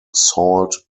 salt